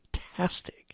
fantastic